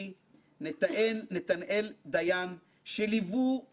לא הייתי מצליח לעשות דבר וחצי דבר בלעדיכם.